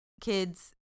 kids